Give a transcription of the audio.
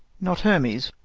not hermes,